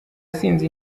sinzi